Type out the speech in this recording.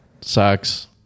sucks